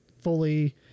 fully